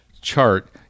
chart